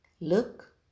look